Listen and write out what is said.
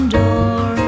door